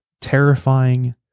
terrifying